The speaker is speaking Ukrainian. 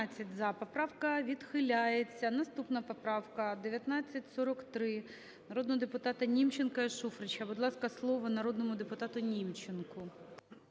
Поправка відхиляється. Наступна поправка